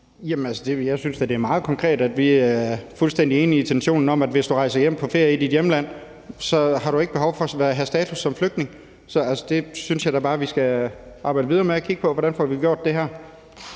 jeg synes da, at det er meget konkret, at vi er fuldstændig enige i intentionen om, at hvis du rejser hjem på ferie i dit hjemland, så har du ikke behov for at have status som flygtning. Jeg synes da bare, at vi skal arbejde videre med at kigge på, hvordan vi får gjort det her.